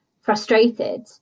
frustrated